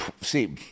see